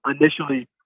initially